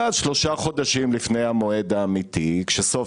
ואז שלושה חודשים לפני המועד האמיתי כשסוף